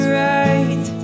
right